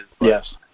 Yes